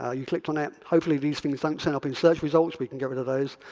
ah you clicked on it, hopefully these things don't turn up in search results. we can get rid of those,